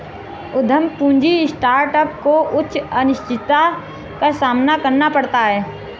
उद्यम पूंजी स्टार्टअप को उच्च अनिश्चितता का सामना करना पड़ता है